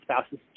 spouse's